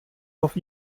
auf